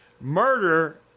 Murder